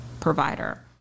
provider